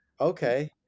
Okay